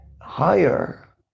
higher